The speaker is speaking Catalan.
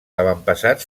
avantpassats